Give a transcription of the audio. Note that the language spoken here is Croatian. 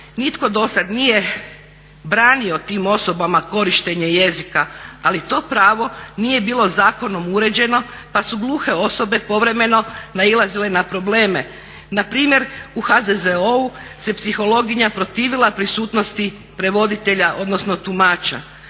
Nitko do sada nije branio tim osobama korištenje jezika, ali to pravo nije bilo zakonom uređeno pa su gluhe osobe povremeno nailazile na probleme. Npr. u HZZO-u se psihologinja protivila prisutnosti prevoditelja odnosno tumača,